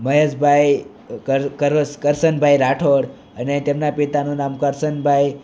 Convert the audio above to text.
મહેશ ભાઈ કરસ કરશન ભાઈ રાઠોડ અને તેમના પિતાનું નામ કરસન ભાઈ